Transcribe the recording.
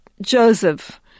Joseph